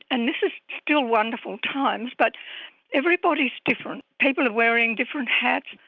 and this is still wonderful times but everybody is different. people are wearing different hats.